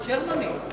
"שרמנים".